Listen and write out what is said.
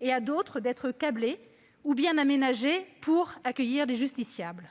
et à d'autres d'être câblés ou bien aménagés pour accueillir les justiciables.